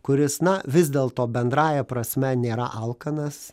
kuris na vis dėlto bendrąja prasme nėra alkanas